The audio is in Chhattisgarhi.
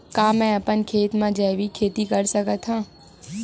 का मैं अपन खेत म जैविक खेती कर सकत हंव?